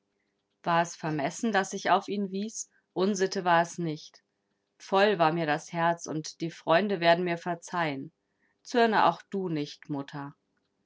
war es vermessen daß ich auf ihn wies unsitte war es nicht voll war mir das herz und die freunde werden mir verzeihen zürne auch du nicht mutter